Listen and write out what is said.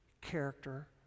character